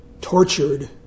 tortured